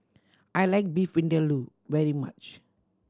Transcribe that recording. I like Beef Vindaloo very much